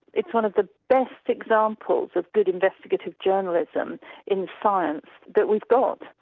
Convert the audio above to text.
it's one of the best examples of good investigative journalism in science that we've got.